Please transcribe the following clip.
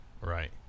right